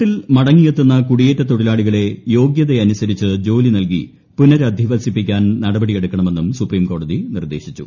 നാട്ടിൽ മടങ്ങിയെത്തുന്ന കുടിയേറ്റ തൊഴിലാളികളെ യോഗ്യത അനുസരിച്ച് ജോലി നൽകി പുനരധിവസിപ്പിക്കാൻ നടപടിയെടുക്കണമെന്നും സുപ്രീംകോടതി നിർദ്ദേശിച്ചു